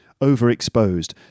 Overexposed